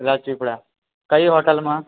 રાજપીપળા કઈ હોટલમાં